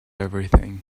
everything